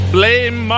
Blame